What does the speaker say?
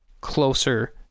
closer